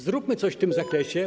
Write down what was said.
Zróbmy coś w tym zakresie.